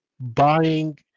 Buying